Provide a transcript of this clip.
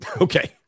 Okay